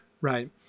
right